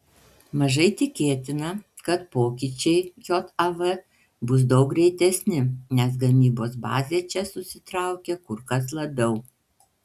mažai tikėtina kad pokyčiai jav bus daug greitesni nes gamybos bazė čia susitraukė kur kas labiau